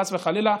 חס וחלילה,